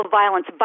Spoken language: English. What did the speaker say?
violence